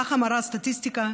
ככה מראה הסטטיסטיקה: